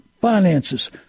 finances